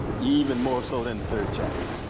even more so than the third chapter.